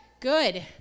good